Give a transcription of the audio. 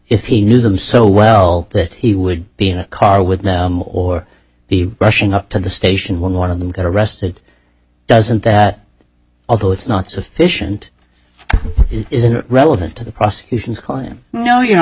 if he knew them so well that he would be in a car with or be rushing up to the station when one of them got arrested doesn't that although it's not sufficient it isn't relevant to the prosecution call him no you